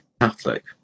Catholic